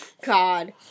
God